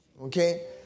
Okay